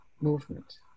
movement